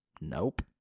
nope